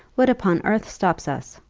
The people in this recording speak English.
what upon earth stops us?